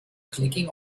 clicking